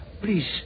Please